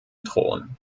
thron